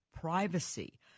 privacy